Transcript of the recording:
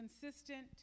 consistent